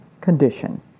condition